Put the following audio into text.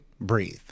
Breathe